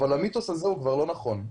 אבל המיתוס הזה כבר לא נכון.